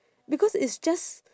because it's just